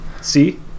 see